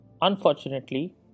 unfortunately